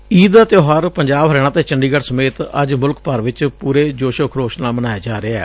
ਈਦ ਦਾ ਤਿਉਹਾਰ ਪੰਜਾਬ ਹਰਿਆਣਾ ਅਤੇ ਚੰਡੀਗੜ੍ ਸਮੇਤ ਅੱਜ ਮੁਲਕ ਭਰ ਚ ਪੂਰੇ ਜੋਸ਼ੋ ਖਰੋਸ਼ ਨਾਲ ਮਨਾਇਆ ਜਾ ਰਿਹੈ